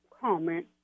comment